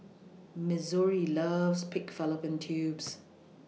Missouri loves Pig Fallopian Tubes